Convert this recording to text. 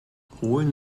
holen